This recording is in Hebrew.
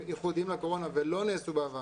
ייחודיים לקורונה ולא לאלה שנעשו בעבר.